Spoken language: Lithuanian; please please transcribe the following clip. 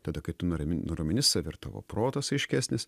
tada kai tu nuramin nuramini save ir tavo protas aiškesnis